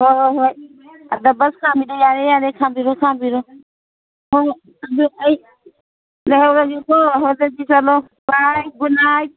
ꯍꯣꯏ ꯍꯣꯏ ꯍꯣꯏ ꯑꯗ ꯕꯁ ꯈꯥꯝꯃꯤꯗꯣ ꯌꯥꯔꯦ ꯌꯥꯔꯦ ꯈꯥꯝꯕꯤꯔꯣ ꯈꯥꯝꯕꯤꯔꯣ ꯍꯣꯏ ꯑꯗꯨ ꯑꯩ ꯂꯩꯍꯧꯔꯒꯦꯀꯣ ꯍꯣꯏ ꯑꯗꯨꯗꯤ ꯆꯠꯂꯣ ꯕꯥꯏ ꯒꯨꯗ ꯅꯥꯏꯠ